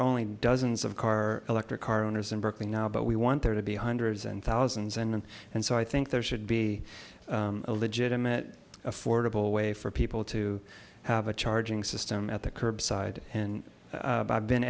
only dozens of car electric car owners in berkeley now but we want there to be hundreds and thousands and and so i think there should be a legitimate affordable way for people to have a charging system at the curbside and